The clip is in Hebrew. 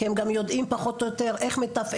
כי הם גם יודעים פחות או יותר איך מתפעלים,